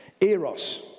Eros